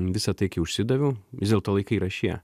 visa tai kai užsidaviau vis dėlto laikai yra šie